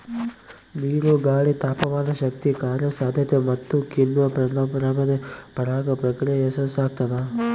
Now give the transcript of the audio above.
ನೀರು ಗಾಳಿ ತಾಪಮಾನಶಕ್ತಿ ಕಾರ್ಯಸಾಧ್ಯತೆ ಮತ್ತುಕಿಣ್ವ ಫಲಪ್ರದಾದ್ರೆ ಪರಾಗ ಪ್ರಕ್ರಿಯೆ ಯಶಸ್ಸುಆಗ್ತದ